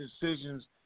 decisions